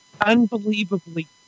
unbelievably